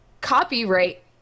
copyright